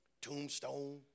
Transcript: Tombstone